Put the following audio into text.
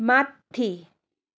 माथि